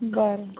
बरं